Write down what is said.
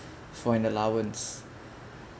for an allowance